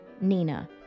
Nina